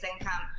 income